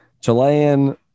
Chilean